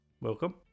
Welcome